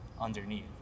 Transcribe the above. underneath